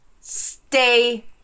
Stay